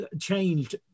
changed